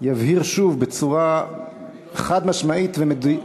יבהיר שוב בצורה חד-משמעית ומדויקת,